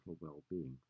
well-being